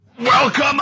Welcome